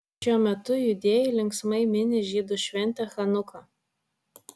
šiuo metu judėjai linksmai mini žydų šventę chanuką